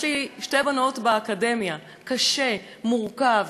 יש לי שתי בנות באקדמיה, קשה, מורכב,